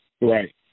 Right